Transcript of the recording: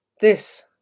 This